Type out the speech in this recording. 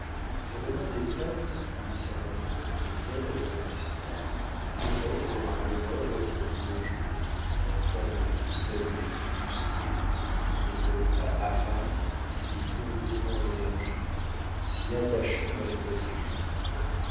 pour l'honneur des treize il s'en rencontre de telles dans leur histoire qui peut-être aura l'honneur d'être mise un jour en pendant de celle des flibustiers ce peuple à part si curieusement énergique si attachant malgré ses crimes